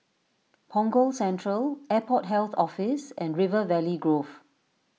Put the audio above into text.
Punggol Central Airport Health Office and River Valley Grove